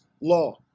law